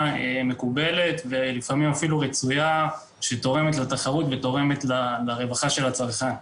מקובלת ולפעמים אפילו רצויה שתורמת לתחרות ותורמת לרווחת הצרכן.